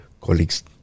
colleagues